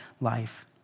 life